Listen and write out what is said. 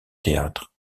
théâtre